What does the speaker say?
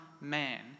man